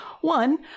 one